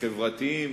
חברתיים,